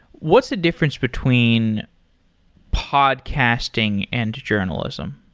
what's the difference between podcasting and journalism?